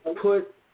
put